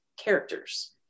characters